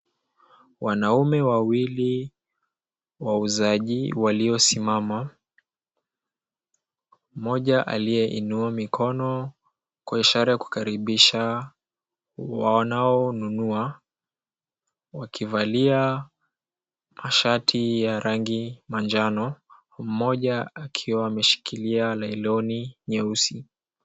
Wanaume wawili wauzaji waliosimama, mmoja aliyeinua mikono kwa ishara ya kukaribisha wanaonunua wakivalia mashati ya rangi manjano, mmoja akiwa ameshikilia nailoni nyeusi.